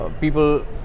people